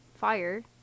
fire